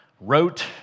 wrote